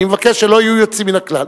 אני מבקש שלא יהיו יוצאים מן הכלל.